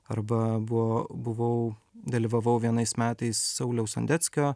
arba buvo buvau dalyvavau vienais metais sauliaus sondeckio